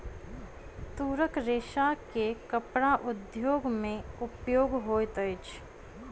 तूरक रेशा के कपड़ा उद्योग में उपयोग होइत अछि